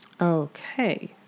Okay